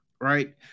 right